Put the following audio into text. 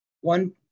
one